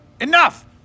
Enough